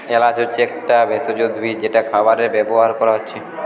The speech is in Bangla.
এলাচ হচ্ছে একটা একটা ভেষজ উদ্ভিদ যেটা খাবারে ব্যাভার কোরা হচ্ছে